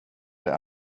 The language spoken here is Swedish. det